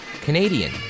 Canadian